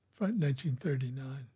1939